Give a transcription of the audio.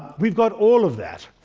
we've got all of that.